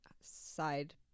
side